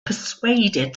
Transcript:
persuaded